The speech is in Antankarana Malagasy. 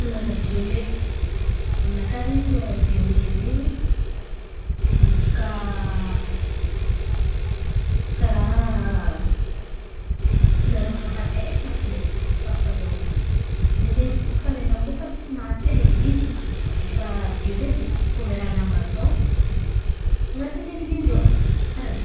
Kolera viôle aminakà izen̈y kolera viole izen̈y midika karàha kolerany fahafahafatesana fô ndraiky fa- fahazahoako azy izen̈y. Zay izen̈y ko fa lera ko fa misy maty aleglizy efa viole edy kolera lamba atô anaty legilzy ao karà zay.